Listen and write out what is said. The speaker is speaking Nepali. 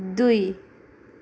दुई